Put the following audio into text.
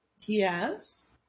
Yes